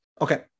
Okay